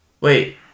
Wait